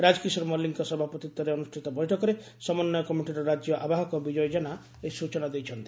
ରାଜକିଶୋର ମଲ୍କିକଙ୍ଙ ସଭାପତିତ୍ୱରେ ଅନୁଷ୍ଚିତ ବୈଠକରେ ସମନ୍ନୟ କମିଟିର ରାଜ୍ୟ ଆବାହକ ବିଜୟ ଜେନା ଏହି ସ୍ଚନା ଦେଇଛନ୍ତି